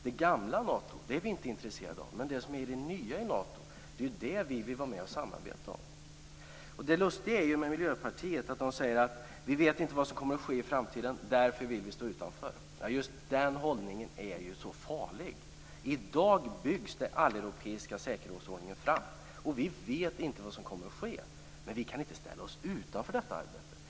Det gamla Nato är vi inte intresserade av, men det nya i Nato vill vi vara med och samarbeta om. Det lustiga med Miljöpartiet är att de säger att vi inte vet vad som kommer att ske i framtiden och att de därför vill stå utanför. Just den hållningen är så farlig! I dag byggs den alleuropeiska säkerhetsordningen upp, och vi vet inte vad som kommer att ske. Men vi kan inte ställa oss utanför detta arbete!